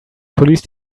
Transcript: police